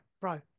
bro